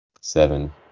seven